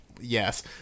yes